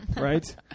right